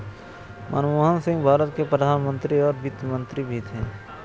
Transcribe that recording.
मनमोहन सिंह भारत के प्रधान मंत्री और वित्त मंत्री भी थे